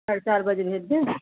साढ़े चार बजे भेज दें